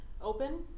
open